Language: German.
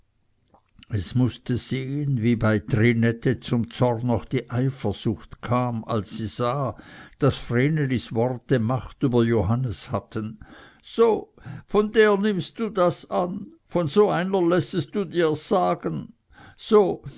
es mußte sehen wie bei trinette zum zorn noch die eifersucht kam als sie sah daß vrenelis worte macht über johannes hatten so von der nimmst du das an von so einer lässest du dir das sagen so